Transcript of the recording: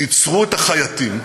עצרו את החייטים.